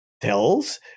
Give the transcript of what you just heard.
tells